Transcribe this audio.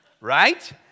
right